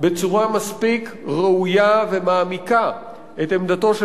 בצורה מספיק ראויה ומעמיקה את עמדתו של